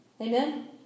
Amen